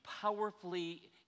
powerfully